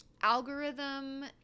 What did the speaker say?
algorithm